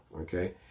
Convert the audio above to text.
okay